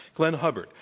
glenn hubbard,